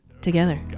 together